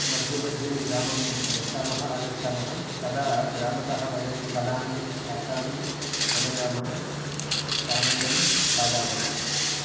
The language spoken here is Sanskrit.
मध्ये मध्ये ग्रामं गच्छामः आगच्छामः तदा ग्रामतः वयं फलानि शाकानि आनयामः सानन्दं खादामः